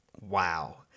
wow